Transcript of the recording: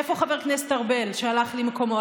איפה חבר הכנסת ארבל, שהלך למקומו?